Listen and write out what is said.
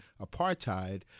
apartheid